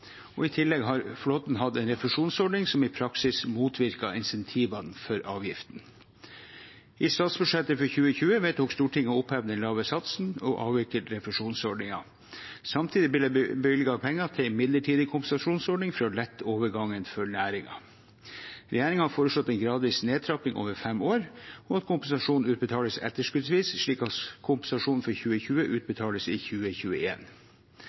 I tillegg har flåten hatt en refusjonsordning som i praksis motvirker incentivene for avgiften. I statsbudsjettet for 2020 vedtok Stortinget å oppheve den lave satsen og avvikle refusjonsordningen. Samtidig ble det bevilget penger til en midlertidig kompensasjonsordning for å lette overgangen for næringen. Regjeringen har foreslått en gradvis nedtrapping over fem år og at kompensasjonen utbetales etterskuddsvis, slik at kompensasjonen for 2020 utbetales i